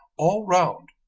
all round,